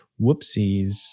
whoopsies